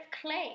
clay